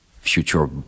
future